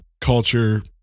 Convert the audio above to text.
culture